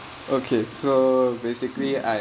okay so basically I